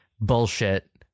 bullshit